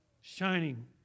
Shining